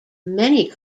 many